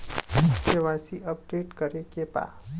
KYC update करे के बा?